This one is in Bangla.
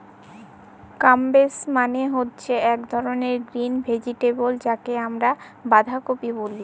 কাব্বেজ মানে হচ্ছে এক ধরনের গ্রিন ভেজিটেবল যাকে আমরা বাঁধাকপি বলে